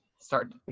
start